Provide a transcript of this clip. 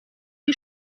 die